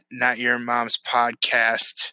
notyourmomspodcast